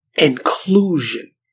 inclusion